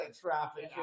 traffic